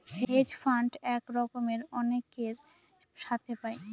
hedge fund এক রকমের অনেকের সাথে পায়